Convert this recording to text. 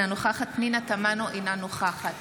אינה נוכחת